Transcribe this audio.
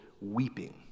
weeping